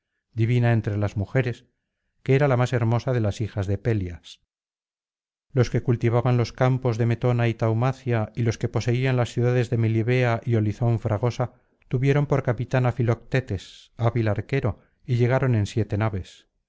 diviña entre las mujeres que era la más hermosa de las hijas de peleas los que cultivaban los campos de metona y taumacia y los que poseían las ciudades de melibea y olizón fragosa tuvieron por capitán á filoctetes hábil arquero y llegaron en siete naves